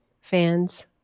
fans